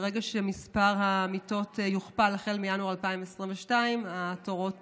ברגע שמספר המיטות יוכפל, מינואר 2022, התורים